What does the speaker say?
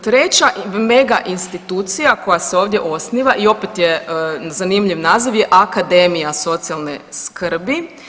Treća mega institucija koja se ovdje osniva i opet je zanimljiv naziv je Akademija socijalne skrbi.